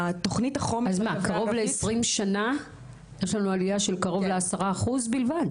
אז קרוב לעשרים שנה יש לנו עלייה של קרוב לעשרה אחוזים בלבד.